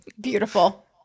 Beautiful